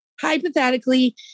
hypothetically